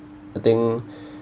I think